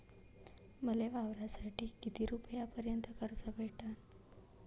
मले वावरासाठी किती रुपयापर्यंत कर्ज भेटन?